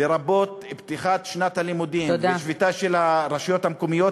לרבות בפתיחת שנת הלימודים ושביתה של הרשויות המקומיות,